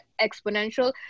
exponential